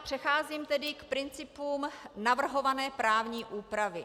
Přecházím tedy k principům navrhované právní úpravy.